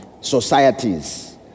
societies